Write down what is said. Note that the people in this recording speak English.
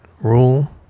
rule